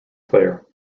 player